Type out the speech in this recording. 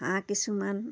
হাঁহ কিছুমান